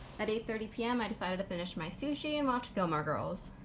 at eight thirty p m. i decided to finish my sushi and watch gilmore girls.